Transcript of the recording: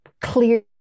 clear